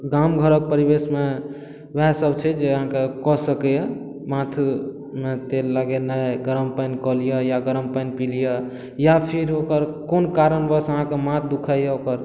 गाम घरक परिवेश मे वएह सब छै जे अहाँके कऽ सकैया माथ मे तेल लगेनाइ गरम पानि कऽ लिअ या गरम पानि पी लिअ या फिर ओकर कोन कारणवश अहाँके माथ दुखाय यऽ ओकर